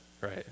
right